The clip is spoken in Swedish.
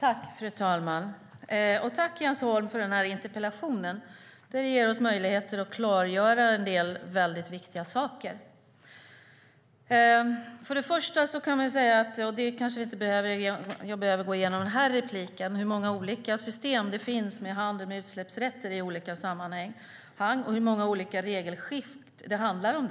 Fru talman! Tack för interpellationen, Jens Holm! Den ger oss möjlighet att klargöra en del viktiga saker. Först och främst kan man - och det kanske jag inte behöver göra i det här inlägget - tala om hur många olika system det finns för handel med utsläppsrätter i olika sammanhang och hur många olika regelskikt det handlar om.